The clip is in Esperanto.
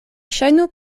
ŝajnu